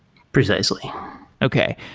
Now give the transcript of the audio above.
precisely okay.